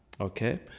Okay